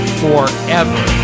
forever